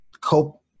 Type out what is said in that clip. cope